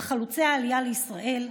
על חלוצי העלייה לישראל,